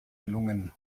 gelungen